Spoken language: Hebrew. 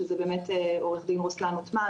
שזה באמת עו"ד רוסלאן עותמאן,